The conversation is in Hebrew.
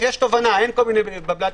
לגמרי.